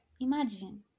Imagine